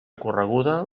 correguda